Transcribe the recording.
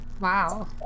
Wow